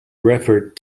referred